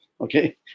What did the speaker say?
Okay